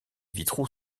vitraux